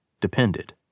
depended